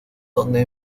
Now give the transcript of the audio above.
donde